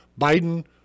Biden